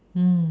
mm